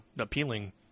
appealing